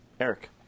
Eric